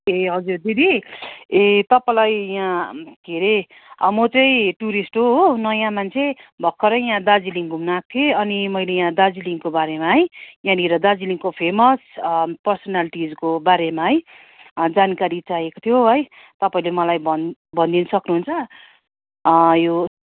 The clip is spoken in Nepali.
ए हजुर दिदी ए तपाईँलाई यहाँ के हरे म चाहिँ टुरिस्ट हो हो नयाँ मान्छे भर्खरै यहाँ दार्जिलिङ घुम्नु आएको थिएँ अनि मैले यहाँ दार्जिलिङको बारेमा है यहाँनिर दार्जिलिङको फेमस पर्सनालिटिजको बारेमा है जानकारी चाहिएको थियो है तपाईँले मलाई भन् भन्दिनु सक्नुहुन्छ यो